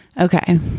Okay